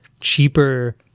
cheaper